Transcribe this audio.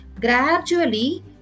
gradually